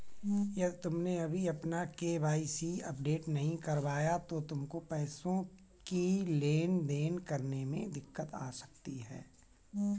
यदि तुमने अभी अपना के.वाई.सी अपडेट नहीं करवाया तो तुमको पैसों की लेन देन करने में दिक्कत आ सकती है